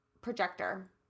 Projector